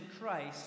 Christ